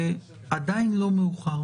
ועדיין לא מאוחר.